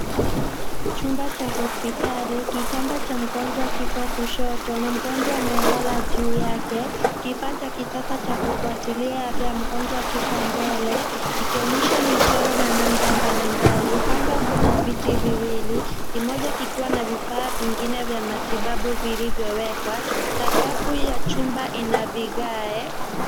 Chumba cha hospitali kitanda cha mgonjwa kiko kushoto na mgonjwa amelala juu yake. Kifaa cha kisaa cha kufuatilia afya ya mgonjwa kiko mbele kikionyesha michoror na namba mbalimbali. Kando kuna viti viwili kimoja kikiwa na vifaa vingine vya matibabu vilivyowekwa. Sakafu ya chuba ina vigae